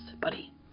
buddy